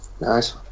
Nice